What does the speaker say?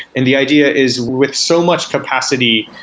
and the idea is with so much capacity,